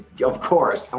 yeah of course! and